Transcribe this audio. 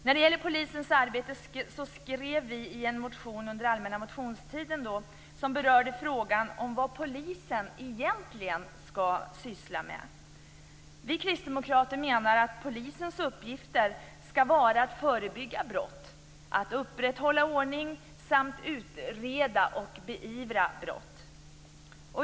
När det gäller polisens arbete skrev vi en motion under allmänna motionstiden som berörde frågan om vad polisen egentligen skall syssla med. Vi kristdemokrater menar att polisens uppgifter skall vara att förebygga brott, upprätthålla ordningen samt utreda och beivra brott.